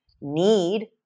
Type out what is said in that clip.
need